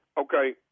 Okay